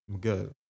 good